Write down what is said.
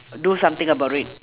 do something about it